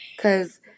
Cause